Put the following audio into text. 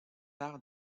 par